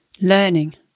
learning